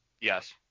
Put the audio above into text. Yes